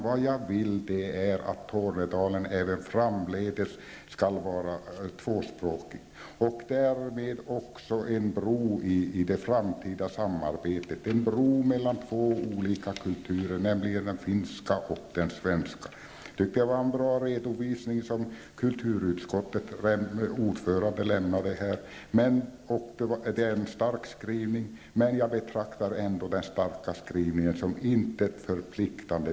Vad jag vill är att Tornedalen även framdeles skall vara tvåspråkigt, och därmed också en bro i det framtida samarbetet -- en bro mellan två olika kulturer, den finska och den svenska. Det var en bra redovisning som kulturutskottets ordförande lämnade, och det är en stark skrivning i betänkandet. Men jag betraktar ändå den starka skrivningen som till intet förpliktande.